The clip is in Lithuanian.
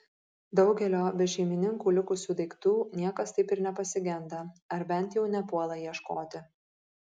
daugelio be šeimininkų likusių daiktų niekas taip ir nepasigenda ar bent jau nepuola ieškoti